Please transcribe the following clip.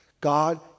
God